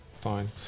fine